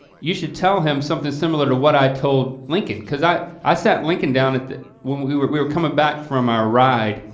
you should tell him something similar to what i told lincoln cause i i sat lincoln down at, when we were we were comin' back from our ride,